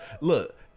look